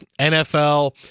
NFL